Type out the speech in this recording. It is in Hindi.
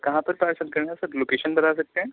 कहाँ पर पार्सल करना है सर लोकेशन बता सकते हैं